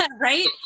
Right